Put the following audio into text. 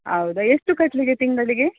ಹೌದಾ ಎಷ್ಟು ಕಟ್ಲಿಕ್ಕೆ ತಿಂಗಳಿಗೆ